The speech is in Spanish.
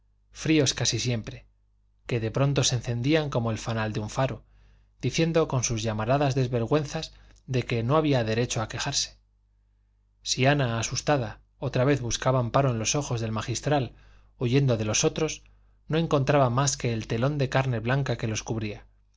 fríos casi siempre que de pronto se encendían como el fanal de un faro diciendo con sus llamaradas desvergüenzas de que no había derecho a quejarse si ana asustada otra vez buscaba amparo en los ojos del magistral huyendo de los otros no encontraba más que el telón de carne blanca que los cubría